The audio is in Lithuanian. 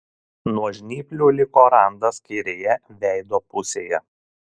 nuo žnyplių liko randas kairėje veido pusėje